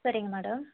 சரிங்க மேடம்